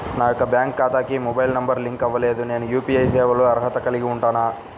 నా యొక్క బ్యాంక్ ఖాతాకి మొబైల్ నంబర్ లింక్ అవ్వలేదు నేను యూ.పీ.ఐ సేవలకు అర్హత కలిగి ఉంటానా?